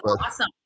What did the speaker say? awesome